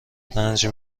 رنج